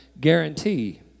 guarantee